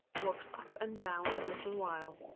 walks up and down a little while.